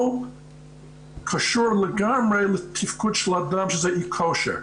קשור לגמרי לתפקוד של אדם שזה אי-כושר,